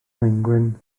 maengwyn